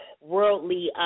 worldly